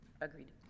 agreed